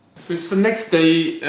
it's the next day, ah.